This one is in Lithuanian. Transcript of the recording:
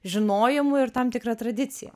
žinojimu ir tam tikra tradicija